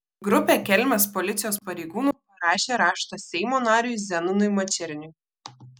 grupė kelmės policijos pareigūnų parašė raštą seimo nariui zenonui mačerniui